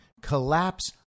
collapse